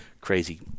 crazy